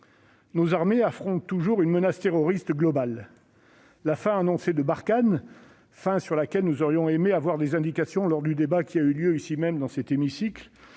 Nos armées affrontent sans relâche une menace terroriste globale. La fin annoncée de Barkhane, sur laquelle nous aurions aimé avoir des indications lors du débat qui a eu lieu ici même, ne signifie